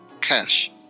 cash